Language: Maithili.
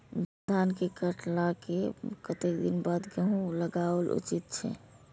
धान के काटला के कतेक दिन बाद गैहूं लागाओल उचित छे?